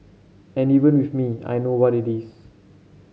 and even with me I know what it is